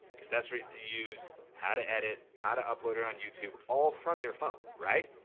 accessories to use, how to edit, how to upload it on youtube all from your phone, right?